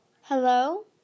Hello